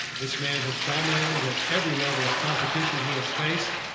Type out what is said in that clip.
this man has dominated at every level of competition. he has faced.